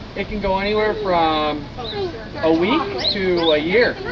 it can go anywhere from a week to a year.